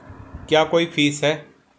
क्या कोई फीस है?